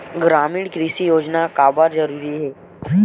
ग्रामीण कृषि योजना काबर जरूरी हे?